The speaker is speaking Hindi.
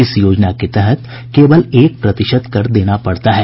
इस योजना के तहत केवल एक प्रतिशत कर देना पड़ता है